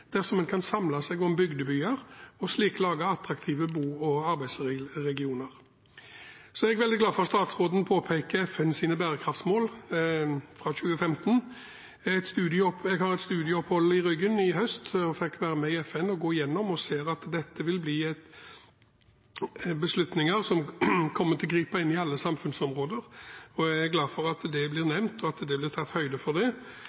dersom en kan samle seg om bygdebyer og slik lage attraktive bo- og arbeidsregioner. Så er jeg veldig glad for at statsråden påpeker FNs bærekraftsmål fra 2015. Jeg har et studieopphold i ryggen i høst – jeg fikk være i FN og gå igjennom dette, og ser at dette vil bli beslutninger som kommer til å gripe inn i alle samfunnsområder. Jeg er glad for at det blir nevnt, og at det blir tatt høyde for det.